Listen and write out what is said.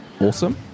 awesome